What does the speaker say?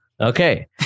Okay